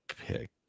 pick